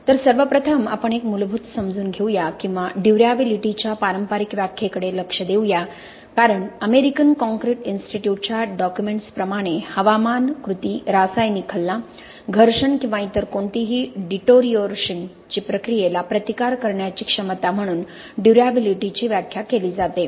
तर सर्वप्रथम आपण एक मूलभूत समजून घेऊया किंवा ड्युर्याबिलिटीच्या पारंपारिक व्याख्येकडे लक्ष देऊ या कारण अमेरिकन कॉंक्रिट इन्स्टिट्यूट च्या डॉक्युमेंट्स प्रमाणे हवामान कृती रासायनिक अभिक्रिया घर्षण किंवा इतर कोणतीही डिटोरिओरशन ची प्रक्रियेला प्रतिकार करण्याची क्षमता म्हणून ड्युर्याबिलिटीची व्याख्या केली जाते